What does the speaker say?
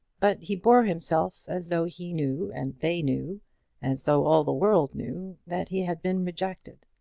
but he bore himself as though he knew and they knew as though all the world knew that he had been rejected.